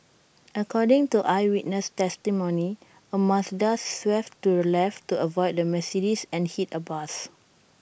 according to eyewitness testimony A Mazda swerved to the left to avoid the Mercedes and hit A bus